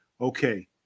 okay